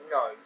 no